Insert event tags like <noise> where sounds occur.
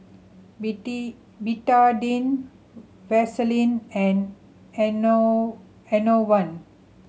<unintelligible> Betadine Vaselin and <unintelligible> Enervon